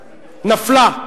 נפלה.